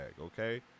okay